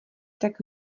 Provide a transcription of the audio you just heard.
tak